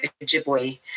Ojibwe